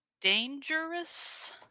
dangerous